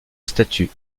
statue